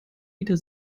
wieder